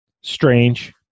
strange